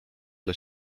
dla